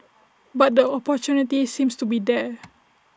but the opportunity seems to be there